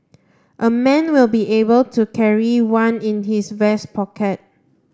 a man will be able to carry one in his vest pocket